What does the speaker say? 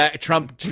Trump